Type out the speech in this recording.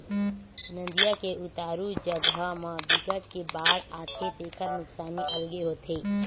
नदिया के उतारू जघा म बिकट के बाड़ आथे तेखर नुकसानी अलगे होथे